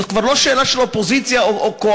זאת כבר לא שאלה של אופוזיציה או קואליציה.